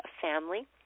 family